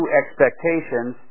expectations